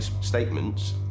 statements